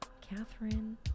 Catherine